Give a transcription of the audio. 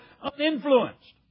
uninfluenced